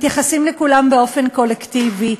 מתייחסים לכולם באופן קולקטיבי,